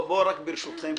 ברשותכם,